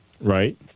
Right